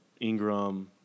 Ingram